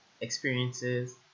experiences